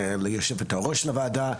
ליושבת ראש הוועדה,